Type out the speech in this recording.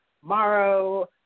tomorrow